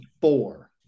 four